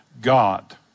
God